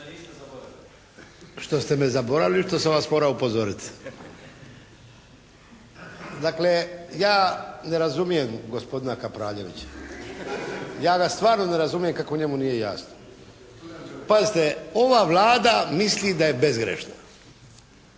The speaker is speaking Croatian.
Što ste me zaboravili, što sam vas morao upozoriti. Dakle, ja ne razumijem gospodina Kapraljevića. Ja ga stvarno ne razumijem kako njemu nije jasno. Pazite, ova Vlada misli da je bezgrešna.